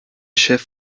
chef